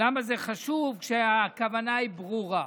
למה זה חשוב, כשהכוונה היא ברורה.